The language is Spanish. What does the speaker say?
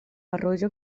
arroyo